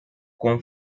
com